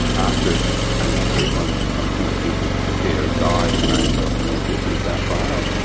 after terania creek, one of the things we did was to prepare a guide to rainforests of north-east new south wales, and